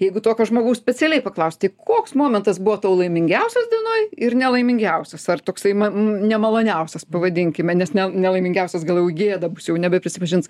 jeigu tokio žmogaus specialiai paklaust tai koks momentas buvo tau laimingiausias dienoj ir nelaimingiausias ar toksai ma nemaloniausias pavadinkime nes ne nelaimingiausias gal jau gėda bus jau nebeprisipažins